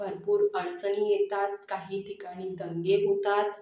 भरपूर अडचणी येतात काही ठिकाणी दंगे होतात